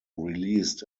released